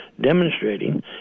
demonstrating